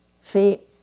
feet